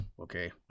okay